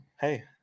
hey